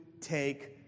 take